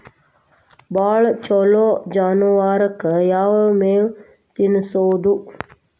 ಭಾಳ ಛಲೋ ಜಾನುವಾರಕ್ ಯಾವ್ ಮೇವ್ ತಿನ್ನಸೋದು?